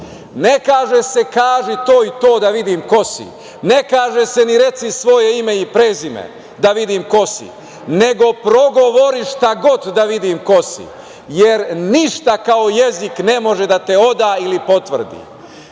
Ne kaže se – kaži to i to da vidim ko si, ne kaže se ni – reci svoje ime i prezime da vidim ko si, nego – progovori šta god, da vidim ko si, jer ništa kao jezik ne može da te oda ili potvrdi.